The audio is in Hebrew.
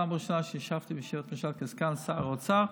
פעם ראשונה שישבתי בישיבת ממשלה כסגן שר האוצר,